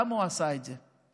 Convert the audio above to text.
למה הוא עשה את זה?